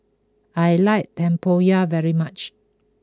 I like Tempoyak very much